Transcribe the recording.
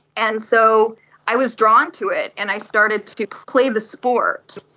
and so i was drawn to it and i started to to play the sport.